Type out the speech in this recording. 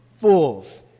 Fools